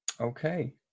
Okay